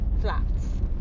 flats